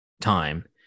time